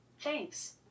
Thanks